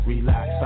Relax